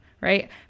right